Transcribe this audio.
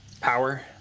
power